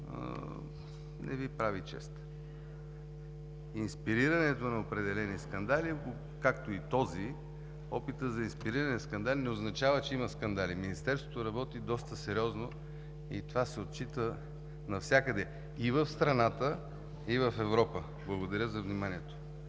не Ви прави чест. Инспирирането на определени скандали, както и този опит за инспириране на скандали, не означава, че има скандали. Министерството работи доста сериозно и това се отчита навсякъде – и в страната, и в Европа. Благодаря за вниманието.